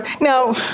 Now